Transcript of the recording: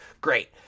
Great